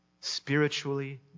spiritually